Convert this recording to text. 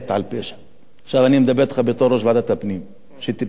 עכשיו אני מדבר אתך בתור יושב-ראש ועדת הפנים שטיפל בזה שנתיים: